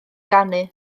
ganu